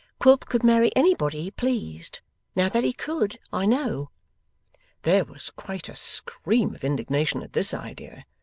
quilp could marry anybody he pleased now that he could, i know there was quite a scream of indignation at this idea.